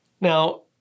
Now